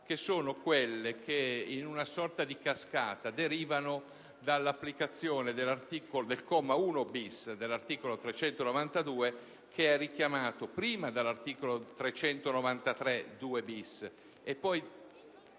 che sono quelle che in una sorta di cascata derivano dall'applicazione del comma 1-*bis* dell'articolo 392, che è richiamato dal 393, comma 2-*bis*,